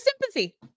sympathy